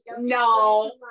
No